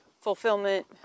fulfillment